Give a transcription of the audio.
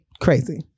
crazy